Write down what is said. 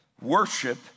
worship